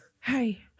hey